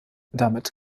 damit